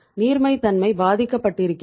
நீர்மைத்தன்மை பாதிக்கப்பட்டிருக்கிறது